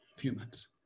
humans